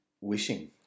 wishing